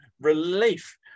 relief